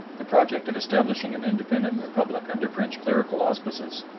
the project of establishing an independent republic under french clerical auspices,